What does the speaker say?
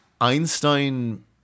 Einstein